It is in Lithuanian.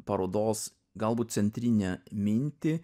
parodos galbūt centrinę mintį